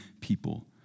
people